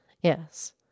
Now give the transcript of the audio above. Yes